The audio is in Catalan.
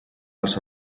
els